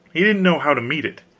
he didn't know how to meet it.